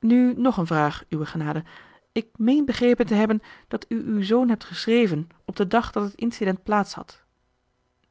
nu nog een vraag uwe genade ik meen begrepen te hebben dat u uw zoon hebt geschreven op den dag dat het incident plaats had